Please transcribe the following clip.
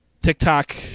TikTok